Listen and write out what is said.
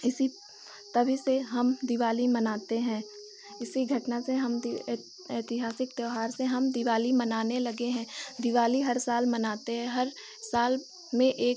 इसी तभी से हम दिवाली मनाते हैं इसी घटना से हम ऐतिहासिक त्योहार से हम दिवाली मनाने लगे हैं दिवाली हर साल मनाते है हर साल में एक